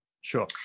Sure